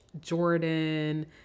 Jordan